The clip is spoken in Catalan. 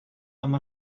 amb